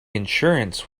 insurance